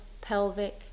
pelvic